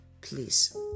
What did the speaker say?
Please